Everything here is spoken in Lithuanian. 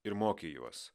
ir mokė juos